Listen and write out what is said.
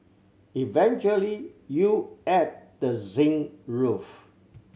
eventually you add the zinc roof